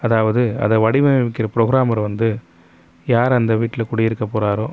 அதாவது அதை வடிவமைக்கின்ற புரோக்கராமர் வந்து யார் அந்த வீட்டில் குடியிருக்க போகிறாரோ